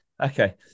Okay